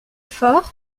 fort